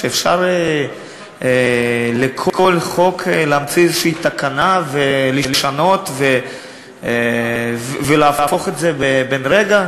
ושאפשר לכל חוק להמציא איזו תקנה ולשנות ולהפוך את זה בן-רגע?